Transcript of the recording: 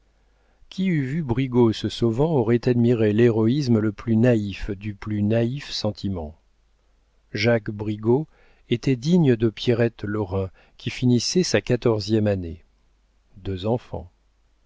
qui eût vu brigaut se sauvant aurait admiré l'héroïsme le plus naïf du plus naïf sentiment jacques brigaut était digne de pierrette lorrain qui finissait sa quatorzième année